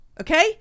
Okay